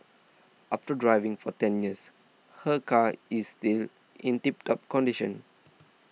after driving for ten years her car is still in tip top condition